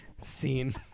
Scene